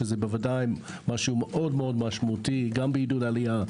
זה ודאי משהו מאוד משמעותי גם בעידוד עלייה,